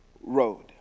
road